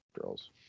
Girls